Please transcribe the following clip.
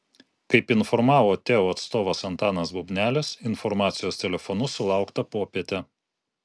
kaip informavo teo atstovas antanas bubnelis informacijos telefonu sulaukta popietę